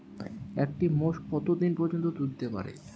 একটি মোষ কত দিন পর্যন্ত দুধ দিতে পারে?